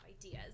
ideas